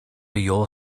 your